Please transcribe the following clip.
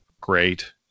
great